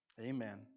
Amen